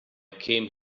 came